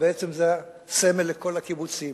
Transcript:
ובעצם זה הסמל לכל הקיבוצים.